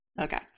Okay